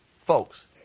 Folks